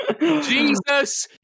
Jesus